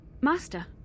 Master